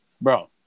Bro